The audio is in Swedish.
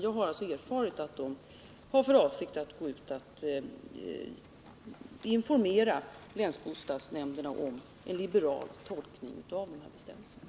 Jag har dock erfarit att bostadsstyrelsen har för avsikt att informera länsbostadsnämnderna om en liberalare tolkning av dessa bestämmelser.